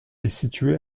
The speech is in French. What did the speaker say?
situé